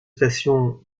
station